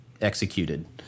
executed